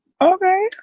Okay